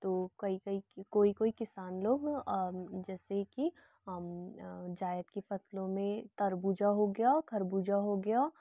तो कई कई कोई कोई किसान लोग जैसे कि हम जायद की फसलों में तरबूज हो गया खरबूजा हो गया